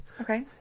Okay